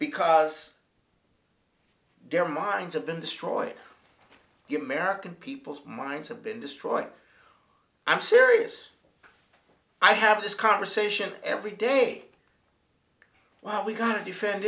because their minds have been destroy the american people's minds have been destroyed i'm serious i have this conversation every day well we got to defend